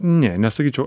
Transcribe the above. ne nesakyčiau